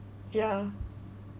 ya